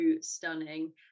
stunning